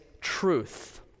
truth